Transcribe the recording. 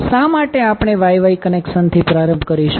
શા માટે આપણે Y Y કનેક્શનથી પ્રારંભ કરીશું